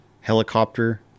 helicopter